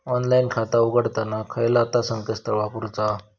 Online खाता उघडताना खयला ता संकेतस्थळ वापरूचा?